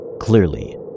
Clearly